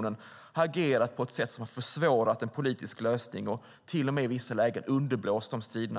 den, har agerat på ett sätt som har försvårat en politisk lösning och till och med i vissa lägen underblåst striderna.